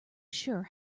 sure